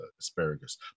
asparagus